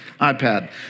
iPad